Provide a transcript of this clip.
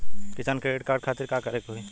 किसान credit card खातिर का करे के होई?